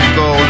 go